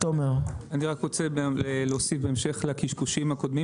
אני רק רוצה להוסיף בהמשך לקשקושים הקודמים